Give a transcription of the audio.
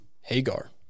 Hagar